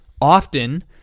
often